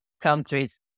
countries